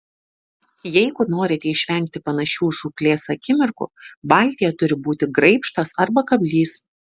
jeigu norite išvengti panašių žūklės akimirkų valtyje turi būti graibštas arba kablys